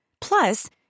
Plus